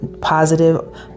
positive